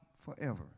forever